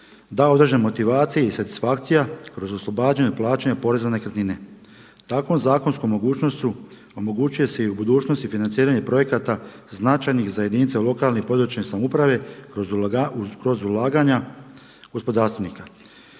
da određena motivacija i satisfakcija kroz oslobađanje od plaćanja poreza na nekretnine. Takvom zakonskom mogućnošću omogućuje se i u budućnosti financiranje projekata značajnih za jedinice lokalne i područne samouprave kroz ulaganja gospodarstvenika.